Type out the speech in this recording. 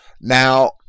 Now